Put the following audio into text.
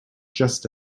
just